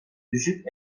düşük